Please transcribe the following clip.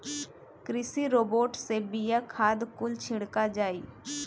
कृषि रोबोट से बिया, खाद कुल छिड़का जाई